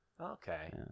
okay